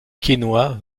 quesnoy